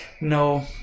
No